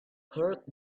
heard